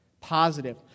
Positive